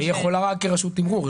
היא יכולה רק כרשות תימרור,